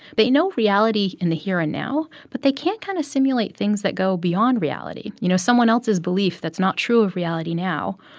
they know reality in the here and now, but they can't kind of simulate things that go beyond reality you know, someone else's belief that's not true of reality now,